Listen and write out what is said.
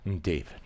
David